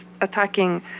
attacking